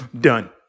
done